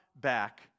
back